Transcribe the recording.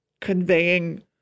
conveying